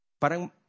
Parang